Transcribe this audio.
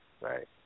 Right